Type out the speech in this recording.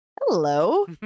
hello